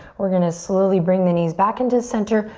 we're gonna slowly bring the knees back into the center,